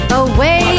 away